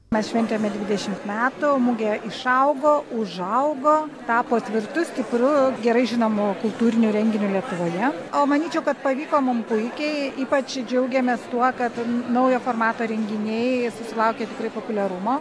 mes šventėme dvidešimt metų mugė išaugo užaugo tapo tvirtu stipru gerai žinomu kultūriniu renginiu lietuvoje o manyčiau kad pavyko mum puikiai ypač džiaugiamės tuo kad naujo formato renginiai susilaukia tikrai populiarumo